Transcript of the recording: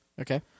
Okay